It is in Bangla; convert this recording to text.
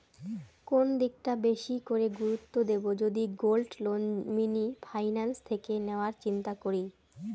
কোন দিকটা বেশি করে গুরুত্ব দেব যদি গোল্ড লোন মিনি ফাইন্যান্স থেকে নেওয়ার চিন্তা করি?